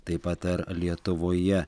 taip pat ar lietuvoje